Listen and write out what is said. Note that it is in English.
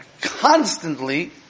constantly